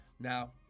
Now